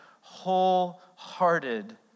wholehearted